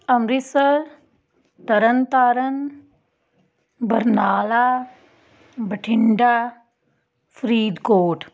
Amritsar Tarn Taran Barnala Bathinda Faridkot